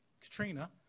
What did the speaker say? Katrina